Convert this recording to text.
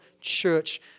church